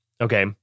Okay